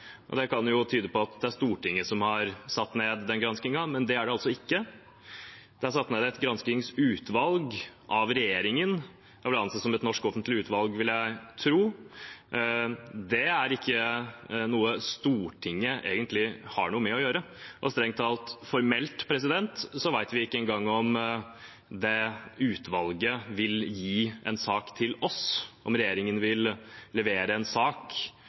og det kunne jo tyde på at det er Stortinget som har bestilt den granskingen, men det er det altså ikke. Det er satt ned et granskingsutvalg av regjeringen, og det blir ansett som et norsk offentlig utvalg, vil jeg tro. Det er ikke noe Stortinget egentlig har noe med å gjøre. Strengt tatt – formelt vet vi ikke engang om det utvalget vil gi en sak til oss, om regjeringen vil levere en sak